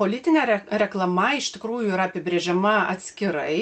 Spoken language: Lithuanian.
politinė re reklama iš tikrųjų yra apibrėžiama atskirai